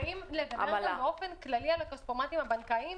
ואם לדבר באופן כללי על הכספומטים הבנקאיים,